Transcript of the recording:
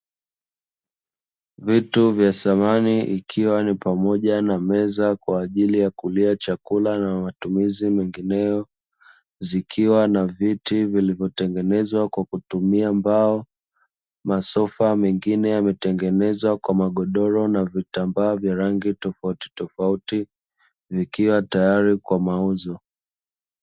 Vitu vya samani ikiwa ni pamoja na meza kwa ajili ya kulia chakula na matumizi mengineyo, zikiwa na viti vilivyotengenezwa kwa kutumia mbao, masofa mengine yametengenezwa kwa magodoro na vitambaa vya rangi tofautitofauti vikiwa tayari kwa mauzo.